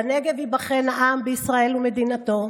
בנגב ייבחן העם בישראל ומדינתו,